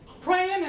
praying